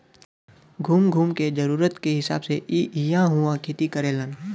घूम घूम के जरूरत के हिसाब से इ इहां उहाँ खेती करेलन